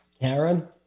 Karen